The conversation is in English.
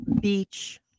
beach